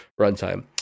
runtime